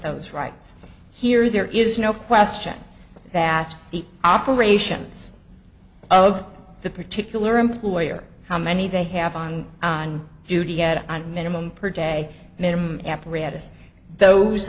those rights here there is no question that the operations of the particular employer how many they have on duty at minimum per day minimum apparatus those